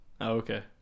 okay